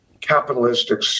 capitalistic